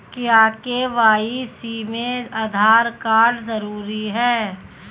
क्या के.वाई.सी में आधार कार्ड जरूरी है?